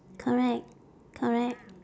correct correct